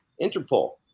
Interpol